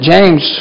James